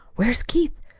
where's keith?